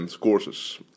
courses